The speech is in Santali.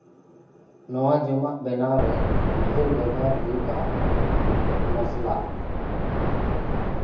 ᱱᱚᱣᱟ ᱡᱚᱢᱟᱜ ᱵᱮᱱᱟᱣᱨᱮ ᱰᱷᱮᱨ ᱵᱮᱣᱦᱟᱨ ᱦᱩᱭᱩᱜᱼᱟ ᱢᱚᱥᱞᱟ